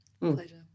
Pleasure